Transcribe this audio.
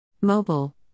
Mobile